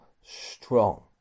strong